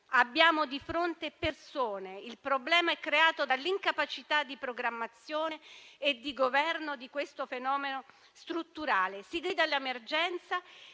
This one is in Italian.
Abbiamo di fronte persone. Il problema è creato dall'incapacità di programmazione e di governo di questo fenomeno strutturale. [**Presidenza